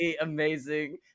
amazing